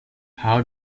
how